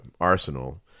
Arsenal